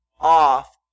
off